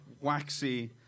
waxy